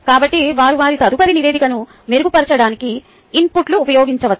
కాబట్టి వారు వారి తదుపరి నివేదికను మెరుగుపరచడానికి ఇన్పుట్ను ఉపయోగించవచ్చు